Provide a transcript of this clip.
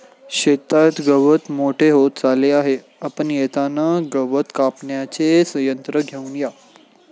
शेतात गवत मोठे होत चालले आहे, आपण येताना गवत कापण्याचे यंत्र घेऊन या